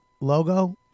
logo